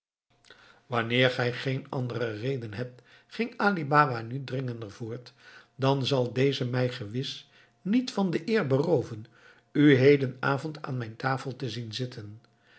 wanneer gij geen andere reden hebt ging ali baba nu dringender voort dan zal deze mij gewis niet van de eer berooven u hedenavond aan mijn tafel te zien zitten